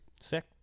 Sick